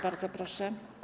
Bardzo proszę.